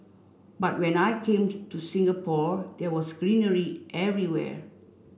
but when I came to to Singapore there was greenery everywhere